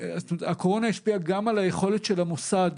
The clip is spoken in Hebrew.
הקורונה השפיעה גם על היכולת של המוסד